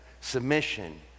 submission